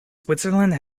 switzerland